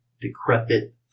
decrepit